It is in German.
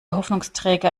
hoffnungsträger